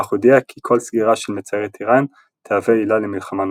אך הודיעה כי כל סגירה של מצרי טיראן תהווה עילה למלחמה נוספת.